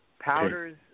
powders